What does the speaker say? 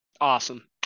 Awesome